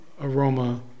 aroma